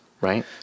Right